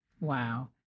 Wow